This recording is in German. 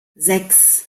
sechs